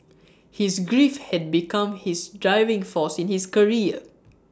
his grief had become his driving force in his career